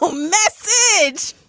but message